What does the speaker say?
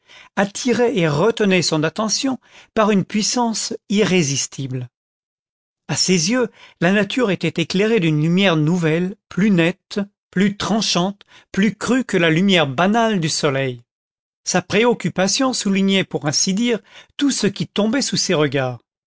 attiraient et retenaient son attention par une puissance irrésistible a ses yeux la nature était éclairée d'une lumière nouvelle plus nette plus tran chante plus crue que la lumière banale du soleil sa préoccupation soulignait pour ainsi dire tout ce qui tombait sous ses regards